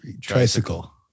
tricycle